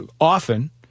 often